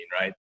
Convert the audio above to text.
right